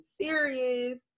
serious